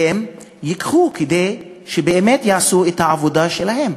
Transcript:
כדי שבאמת יעשו את העבודה שלהם.